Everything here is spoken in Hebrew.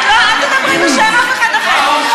אל תדברי בשם אף אחד אחר.